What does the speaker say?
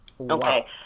Okay